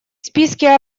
списке